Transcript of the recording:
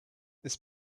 this